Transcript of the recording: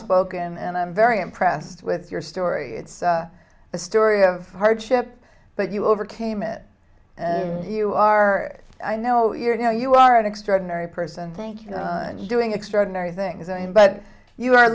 spoken and i'm very impressed with your story it's a story of hardship but you overcame it and you are i know you know you are an extraordinary person think doing extraordinary things and but you are